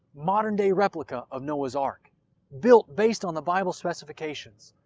modern-day replica of noah's ark built based on the bible's specifications.